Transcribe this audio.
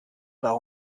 par